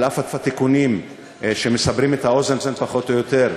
על אף התיקונים שמסברים את האוזן פחות או יותר,